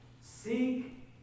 seek